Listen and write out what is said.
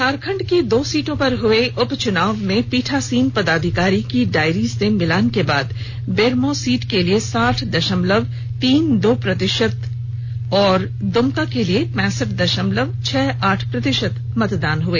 झारखंड की दो सीटों पर हुए उपचुनाव में पीठासीन पदाधिकारी की डायरी से मिलान के बाद बेरमो सीट के लिए साठ दशमलव तीन दो प्रतिशत और दुमका के लिए पैंसठ दशमलव छह आठ प्रतिशत मतदान हुए